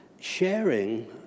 sharing